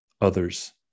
others